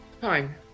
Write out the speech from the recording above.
fine